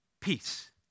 peace